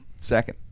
second